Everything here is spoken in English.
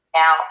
now